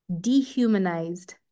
dehumanized